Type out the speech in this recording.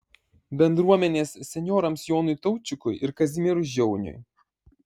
bendruomenės senjorams jonui taučikui ir kazimierui žiauniui